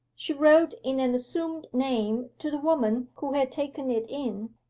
she wrote in an assumed name to the woman who had taken it in,